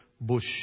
Bush